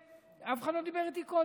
אף אחד לא דיבר איתי קודם.